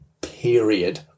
period